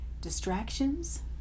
distractions